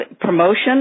promotion